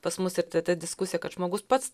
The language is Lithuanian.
pas mus ir ta ta diskusija kad žmogus pats